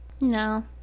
no